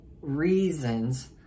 reasons